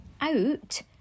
out